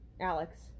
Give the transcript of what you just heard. Alex